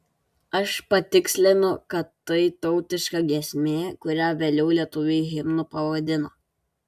aš patikslinu kad tai tautiška giesmė kurią vėliau lietuviai himnu pavadino